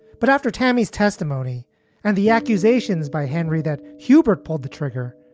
but after tammy's testimony and the accusations by henry that hubert pulled the trigger,